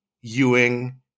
Ewing